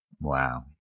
Wow